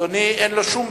ודאי שהחוקים